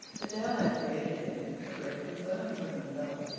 the tale had created in him a great concern for himself.